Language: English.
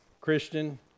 Christian